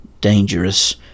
dangerous